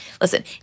listen